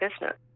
business